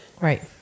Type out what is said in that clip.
Right